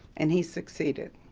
and he succeeded.